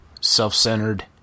self-centered